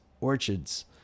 orchids